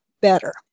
better